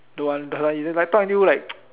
don't want don't want you like talk until like